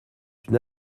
une